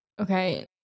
okay